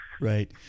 Right